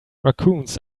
raccoons